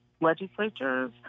legislatures